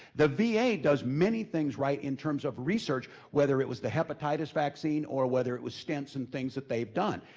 the va does many things right in terms of research, whether it was the hepatitis vaccine or whether it was stents and things that they've done.